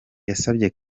yasabye